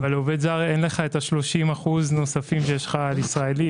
אבל על עובד זר אין לך את ה-30% הנוספים שיש לך על ישראלי.